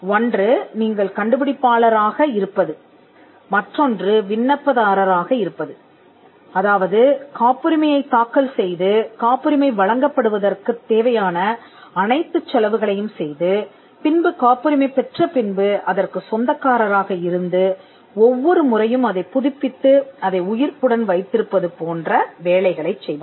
ஒன்று நீங்கள் கண்டுபிடிப்பாளர் ஆக இருப்பது மற்றொன்று விண்ணப்பதாரர் ஆக இருப்பது அதாவது காப்புரிமையைத் தாக்கல் செய்து காப்புரிமை வழங்கப்படுவதற்குத் தேவையான அனைத்து செலவுகளையும் செய்து பின்பு காப்புரிமை பெற்ற பின்பு அதற்குச் சொந்தக்காரராக இருந்து ஒவ்வொரு முறையும் அதைப் புதுப்பித்து அதை உயிர்ப்புடன் வைத்திருப்பது போன்ற வேலைகளைச் செய்பவர்